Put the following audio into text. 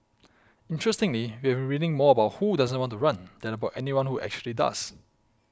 interestingly we have been reading more about who doesn't want to run than about anyone who actually does